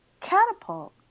catapult